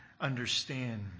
understand